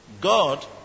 God